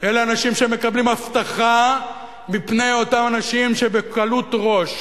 הם אנשים שמקבלים אבטחה מפני אותם אנשים שבקלות ראש